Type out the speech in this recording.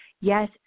Yes